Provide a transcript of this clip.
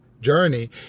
journey